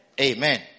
Amen